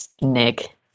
Nick